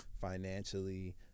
financially